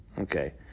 okay